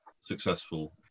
successful